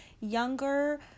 younger